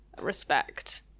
respect